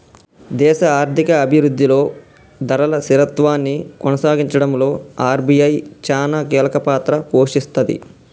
దేశ ఆర్థిక అభిరుద్ధిలో ధరల స్థిరత్వాన్ని కొనసాగించడంలో ఆర్.బి.ఐ చానా కీలకపాత్ర పోషిస్తది